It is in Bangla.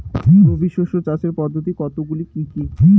রবি শস্য চাষের পদ্ধতি কতগুলি কি কি?